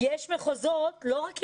חגית, זה לא רק ירושלים.